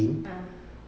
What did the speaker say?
ah